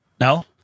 No